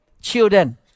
children